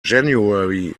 january